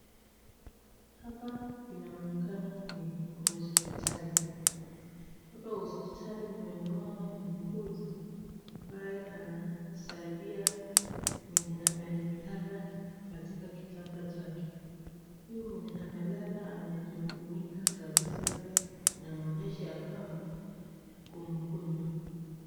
Hapa inaonekana ni kwa hospitali. Hapa hospitali nimemuona muuguzi ambaye anasaidia mwenye amelala katika kitanda chake. Huyu mwenye amelala amejifunika kabisa inaonyesha ya kwamba ako mgonjwa.